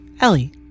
Ellie